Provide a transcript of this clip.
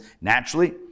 naturally